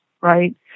Right